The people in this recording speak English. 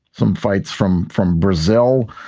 some fights from. from brazil.